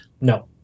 No